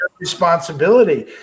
responsibility